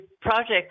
project